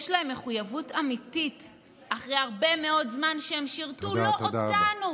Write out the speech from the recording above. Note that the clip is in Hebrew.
יש להם מחויבות אמיתית אחרי הרבה מאוד זמן שהם שירתו לא אותנו,